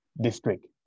District